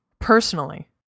personally